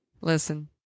Listen